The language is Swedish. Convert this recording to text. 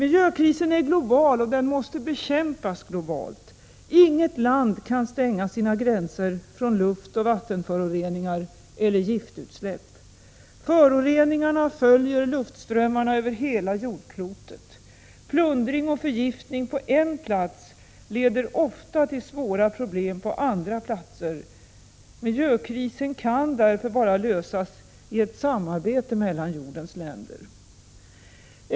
Miljökrisen är global och måste bekämpas globalt. Inget land kan stänga sina gränser för luftoch vattenföroreningar eller giftutsläpp. Föroreningarna följer luftströmmarna över hela jordklotet. Plundring och förgiftning på en plats leder ofta till svåra problem på andra platser. Miljökrisen kan därför bara lösas i ett samarbete mellan jordens länder.